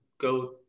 go